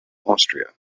austria